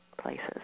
places